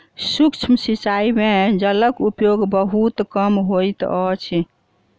सूक्ष्म सिचाई में जलक उपयोग बहुत कम होइत अछि